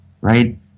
Right